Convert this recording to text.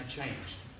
changed